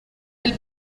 del